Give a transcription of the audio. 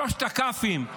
שלושת הכ"פים,